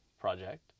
project